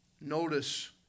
Notice